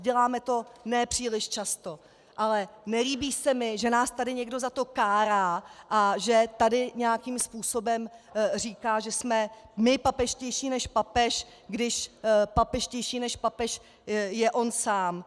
Děláme to nepříliš často, ale nelíbí se mi, že nás tady někdo za to kárá a že tady nějakým způsobem říká, že jsme nejpapežštější než papež, když papežštější než papež je on sám.